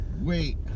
Wait